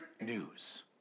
news